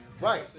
Right